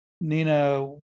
nina